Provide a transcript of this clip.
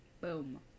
boom